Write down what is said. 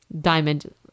diamond